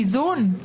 איזון?